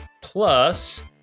plus